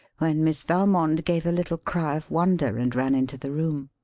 when miss valmond gave a little cry of wonder and ran into the room.